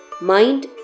mind